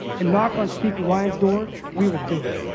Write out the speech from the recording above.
and knock on speaker ryan's door, we will do it.